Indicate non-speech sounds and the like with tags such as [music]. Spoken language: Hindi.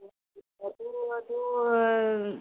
[unintelligible] वधू वधू